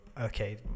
okay